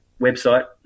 website